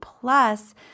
plus